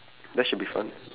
that should be fun